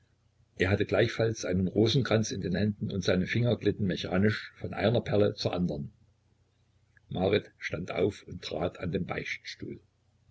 er hatte gleichfalls einen rosenkranz in den händen und seine finger glitten mechanisch von einer perle zur andern marit stand auf und trat an den beichtstuhl